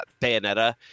Bayonetta